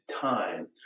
time